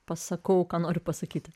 pasakau ką noriu pasakyti